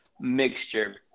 mixture